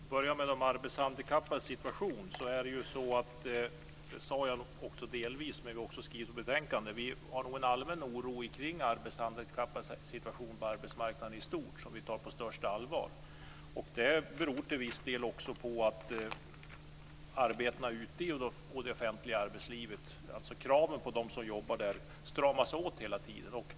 Fru talman! Jag börjar med de arbetshandikappades situation. Jag sade nog delvis det, men vi har också skrivit i betänkandet att vi känner en allmän oro för de arbetshandikappades situation på arbetsmarknaden i stort. Vi tar den på största allvar. Det här förhållandet beror till viss del också på att kraven på dem som jobbar i det offentliga arbetslivet stramas åt hela tiden.